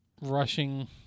rushing